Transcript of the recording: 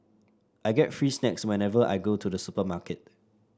I get free snacks whenever I go to the supermarket